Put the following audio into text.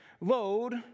load